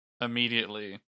immediately